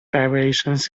variations